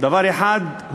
דבר אחד,